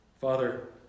Father